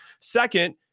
second